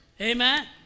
Amen